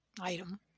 item